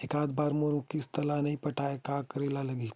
एकात बार मोर किस्त ला नई पटाय का करे ला पड़ही?